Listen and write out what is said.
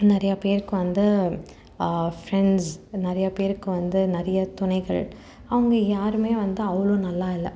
நிறையா பேருக்கு வந்து ஃப்ரெண்ட்ஸ் நிறையா பேருக்கு வந்து நிறையா துணைகள் அவங்க யாருமே வந்து அவ்வளோ நல்லா இல்லை